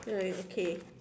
nevermind okay